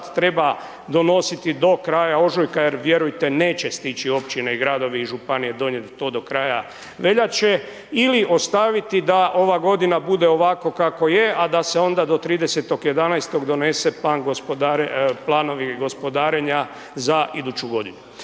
treba donositi do kraja ožujka jer vjerujte, neće stići općine, gradovi i županije donijeti to do kraja veljače ili ostaviti da ova godine bude ovako kako je, a da se onda do 30. 11. donese planovi gospodarenja za iduću godinu.